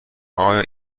آیا